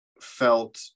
felt